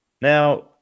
Now